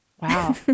Wow